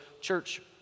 church